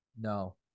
no